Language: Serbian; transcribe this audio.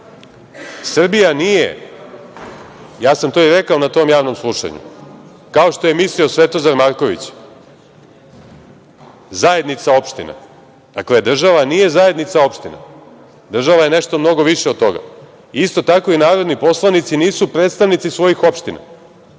Srbije. Srbija nije, ja sam to i rekao na tom javnom slušanju, kao što je mislio Svetozar Marković, zajednica opština. Dakle, država nije zajednica opština, država je nešto mnogo više od toga. Isto tako i narodni poslanici nisu predstavnici svojih opština.